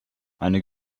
eine